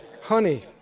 Honey